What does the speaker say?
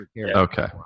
Okay